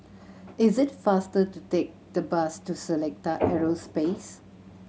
is it faster to take the bus to Seletar Aerospace